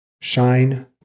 shine